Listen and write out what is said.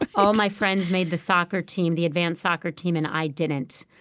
all my friends made the soccer team the advance soccer team, and i didn't.